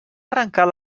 arrencar